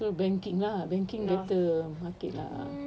so banking ah banking better market lah